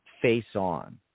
face-on